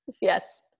Yes